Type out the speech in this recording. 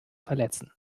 verletzen